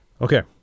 Okay